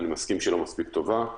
אני מסכים שהיא לא מספיק טובה,